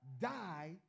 Die